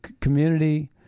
community